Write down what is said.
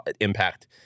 impact